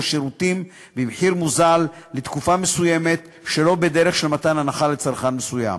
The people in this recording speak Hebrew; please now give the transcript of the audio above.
שירותים במחיר מוזל לתקופה מסוימת שלא בדרך של מתן הנחה לצרכן מסוים.